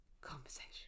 conversation